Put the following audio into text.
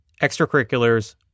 extracurriculars